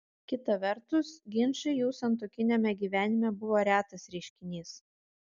kita vertus ginčai jų santuokiniame gyvenime buvo retas reiškinys